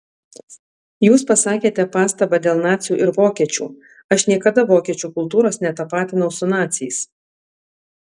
jūs pasakėte pastabą dėl nacių ir vokiečių aš niekada vokiečių kultūros netapatinau su naciais